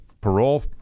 parole